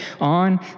on